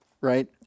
right